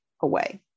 away